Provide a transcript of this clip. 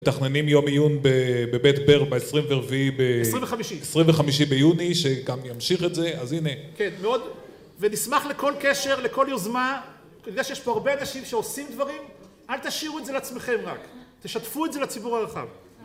מתכננים יום עיון בבית ברל, ב־24, ב־25 ביוני, שגם ימשיך את זה, אז הנה כן, מאוד, ונשמח לכל קשר, לכל יוזמה כי אני יודע שיש פה הרבה אנשים שעושים דברים, אל תשאירו את זה לעצמכם רק תשתפו את זה לציבור הרחב.